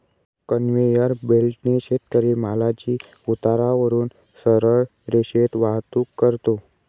conveyor बेल्टने शेतकरी मालाची उतारावरून सरळ रेषेत वाहतूक करतो